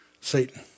Satan